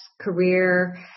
career